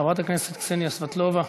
חברת הכנסת קסניה סבטלובה,